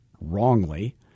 wrongly